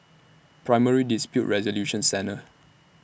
Primary Dispute Resolution Centre